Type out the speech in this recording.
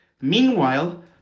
Meanwhile